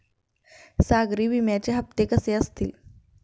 सागरी विम्याचे हप्ते कसे असतील?